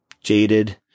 jaded